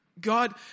God